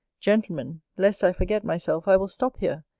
gentlemen, lest i forget myself, i will stop here,